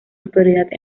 autoridad